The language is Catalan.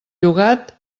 llogat